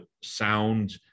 sound